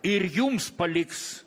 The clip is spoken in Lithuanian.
ir jums paliks